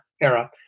era